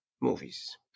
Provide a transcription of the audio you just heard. movies